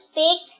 big